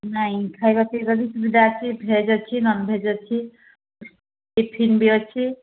ନାଇଁ ଖାଇବା ପିଇବା ବି ସୁବିଧା ଅଛି ଭେଜ୍ ଅଛି ନନଭେଜ ଅଛି ଟିଫିନ ବି ଅଛି